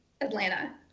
Atlanta